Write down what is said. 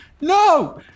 No